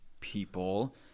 people